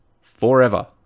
forever